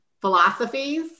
philosophies